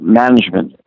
management